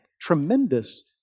tremendous